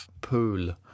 pool